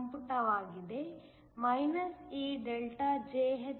ಸಂಪುಟವಾಗಿದೆ AJhe